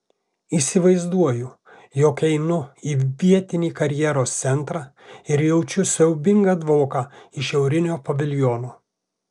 įsivaizduoju jog įeinu į vietinį karjeros centrą ir jaučiu siaubingą dvoką iš šiaurinio paviljono